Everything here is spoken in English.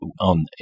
on